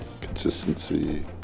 consistency